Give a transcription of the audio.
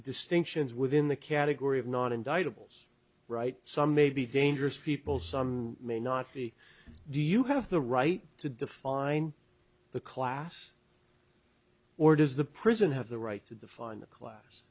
distinctions within the category of not indict a bull's right some may be dangerous people some may not be do you have the right to define the class or does the prison have the right to define the class